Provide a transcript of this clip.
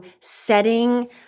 setting